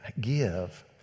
give